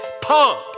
pump